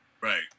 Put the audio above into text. Right